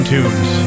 Tunes